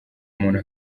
umuntu